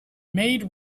maid